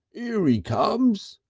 ere e comes!